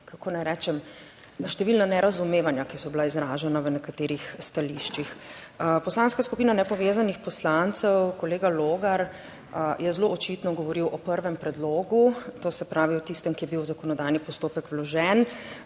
kako naj rečem, na številna nerazumevanja, ki so bila izražena v nekaterih stališčih. Poslanska skupina Nepovezanih poslancev, kolega Logar, je zelo očitno govoril o prvem predlogu, to se pravi o tistem, ki je bil v zakonodajni postopek vložen.